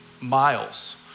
miles